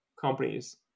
companies